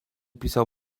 pisał